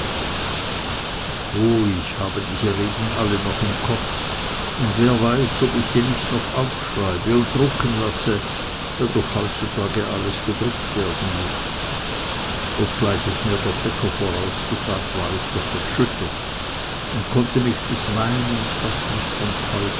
o ich habe diese reden alle noch im kopf und wer weiß ob ich sie nicht noch aufschreibe und drucken lasse da doch heutzutage alles gedruckt werden muß obgleich es mir der fecker vorausgesagt war ich doch erschüttert und konnte mich des weinens fast nicht enthalten